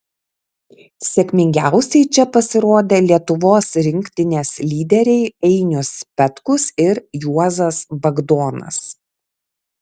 sėkmingiausiai čia pasirodė lietuvos rinktinės lyderiai einius petkus ir juozas bagdonas